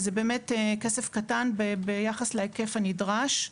זה באמת כסף קטן ביחס להיקף הנדרש.